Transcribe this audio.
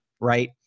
right